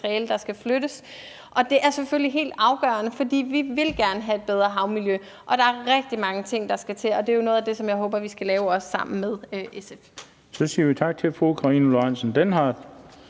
der skal flyttes. Det er selvfølgelig helt afgørende, for vi vil gerne have et bedre havmiljø, og der er rigtig mange ting, der skal til. Det er jo noget af det, som jeg håber vi skal lave også sammen med SF. Kl. 16:08 Den fg. formand (Bent